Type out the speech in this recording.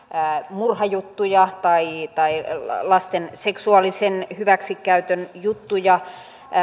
murhajuttuja tai tai lasten seksuaalisen hyväksikäytön juttuja